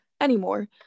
anymore